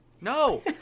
No